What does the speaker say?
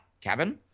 Kevin